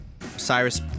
Cyrus